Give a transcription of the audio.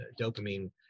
dopamine